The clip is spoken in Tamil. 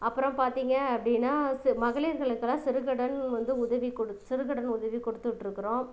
அப்புறம் பார்த்திங்க அப்படின்னா சே மகளீர்களுக்கலாம் சிறுகடன் வந்து உதவி கொடுத்து சிறுகடன் உதவி கொடுத்துட்ருக்கறோம்